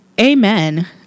amen